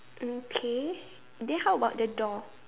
mm K then how about the door